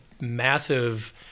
massive